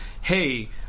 Hey